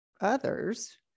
others